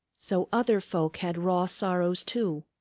so other folk had raw sorrows, too.